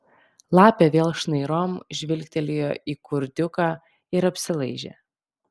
lapė vėl šnairom žvilgtelėjo į kurdiuką ir apsilaižė